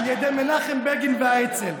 על ידי מנחם בגין והאצ"ל,